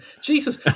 Jesus